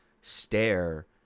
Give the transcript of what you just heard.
stare